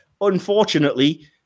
unfortunately